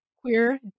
Queer